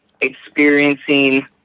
experiencing